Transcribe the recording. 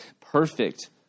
perfect